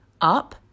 up